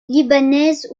libanaise